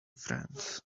friends